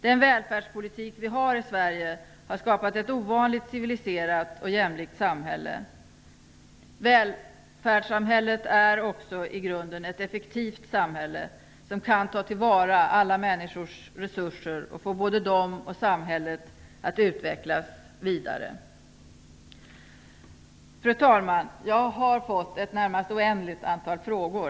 Den välfärdspolitik vi har i Sverige har skapat ett ovanligt civiliserat och jämlikt samhället. Välfärdssamhället är också i grunden ett effektivt samhälle som kan ta till vara alla människors resurser och få både dem och samhället att utvecklas vidare. Fru talman! Jag har fått ett nästan oändligt antal frågor.